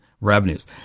revenues